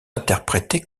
interprétées